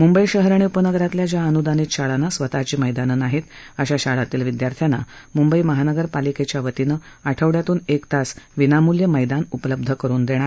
मुंबई शहर आणि उपनगरातल्या ज्या अनुदानित शाळांना स्वतःची मद्दानं नाहीत अशा शाळातील विद्यार्थ्यांना मुंबई महानगर पालिकेच्या वतीनं आठवडयातून एक तास विनामूल्य मद्यान उपलब्ध करुन देणार